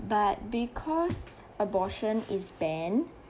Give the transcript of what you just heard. but because abortion is banned